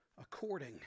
according